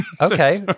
Okay